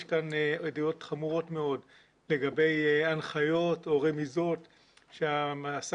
יש כאן עדויות חמורות מאוד לגבי הנחיות או רמיזות שהשר